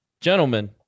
Gentlemen